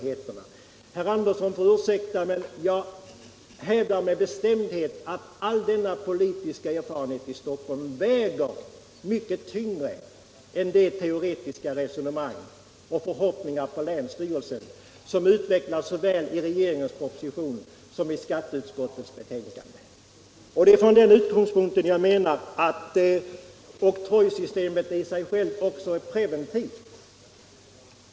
Herr Andersson får ursäkta, men jag hävdar med bestämdhet att all denna politiska erfarenhet i Stockholm väger mycket tyngre än de teoretiska resonemang och förhoppningar på länsstyrelserna som utvecklas såväl i regeringens proposition som i skat teutskottets betänkande. Och det är från den utgångspunkten jag menar att oktrojsystemet i sig självt också är preventivt.